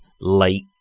late